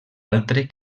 altre